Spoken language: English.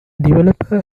developer